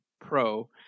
Pro